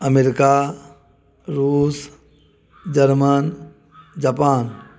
America रूस German Japan